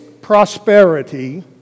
prosperity